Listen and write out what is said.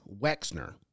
Wexner